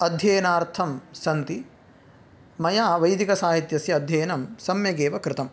अध्ययनार्थं सन्ति मया वैदिकसाहित्यस्य अध्ययनं सम्यगेव कृतं